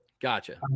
Gotcha